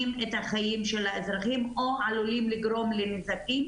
את חיי האזרחים או עלולים לגרום לנזקים